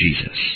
Jesus